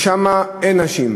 ששם אין נשים.